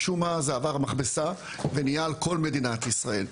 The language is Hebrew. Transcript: משום מה זה עבר מכבסה ונהיה על כל מדינת ישראל.